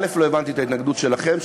לא הבנתי את ההתנגדות שלכם,